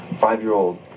Five-year-old